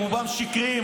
רובם שקריים,